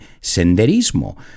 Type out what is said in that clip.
senderismo